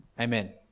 Amen